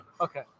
Okay